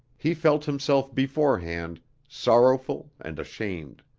he felt himself beforehand sorrowful and ashamed.